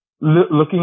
looking